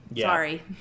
Sorry